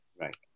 Right